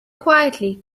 quietly